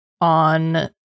on